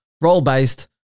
Role-based